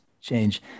change